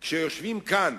כשיושבים כאן,